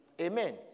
Amen